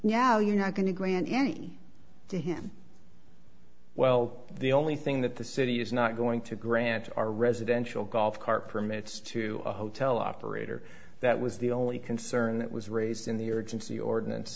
w you're not going to grant any to him well the only thing that the city is not going to grant are residential golf cart permits to a hotel operator that was the only concern that was raised in the urgency ordinance